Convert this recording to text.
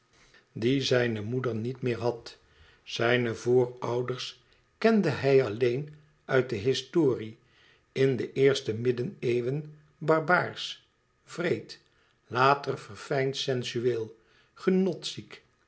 die zijne moeder niet meer had zijne voorouders kende hij alleen uit de historie in de eerste middeneeuwen barbaarsch wreed later verfijnd sensueel